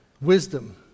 wisdom